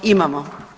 Imamo.